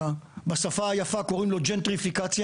שבשפה היפה קוראים לו ג'נטריפיקציה,